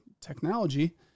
technology